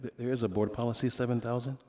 there's a board policy seven thousand.